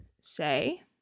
say